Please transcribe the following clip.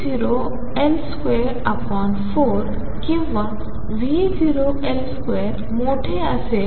जरV0L24 किंवा V0L2 मोठे असेल